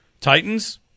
Titans